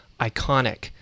iconic